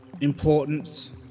importance